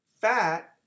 fat